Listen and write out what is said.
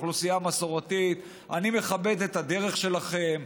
לאוכלוסייה המסורתית: אני מכבד את הדרך שלכם,